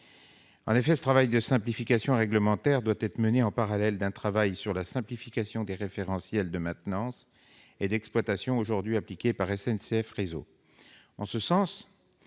En effet, ce travail de simplification réglementaire doit être mené parallèlement à un travail sur la simplification des référentiels de maintenance et d'exploitation aujourd'hui appliqués par SNCF Réseau.